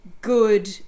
good